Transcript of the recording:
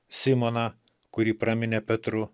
simoną kurį praminė petru